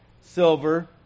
silver